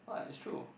what it's true